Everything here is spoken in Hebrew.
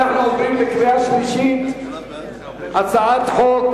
אנחנו עוברים לקריאה שלישית של הצעת חוק